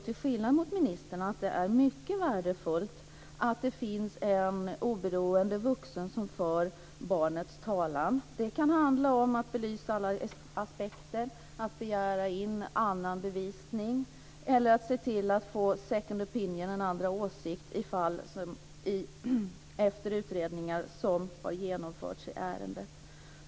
Till skillnad från ministern anser jag att det är mycket värdefullt att det finns en oberoende vuxen som för barnets talan. Det kan handla om att belysa alla aspekter, att begära in annan bevisning eller att se till att få second opinion, en andra åsikt, efter utredningar som genomförts i ärendet.